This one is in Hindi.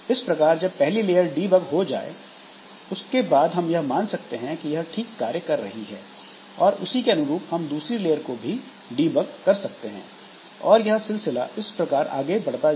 इस प्रकार जब पहली लेयर डीबग हो जाए उसके बाद हम यह मान सकते हैं कि यह ठीक कार्य कर रही है और उसी के अनुरूप हम दूसरी लेयर को भी डीबग कर सकते हैं और यह सिलसिला इस प्रकार आगे बढ़ता है